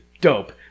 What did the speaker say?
dope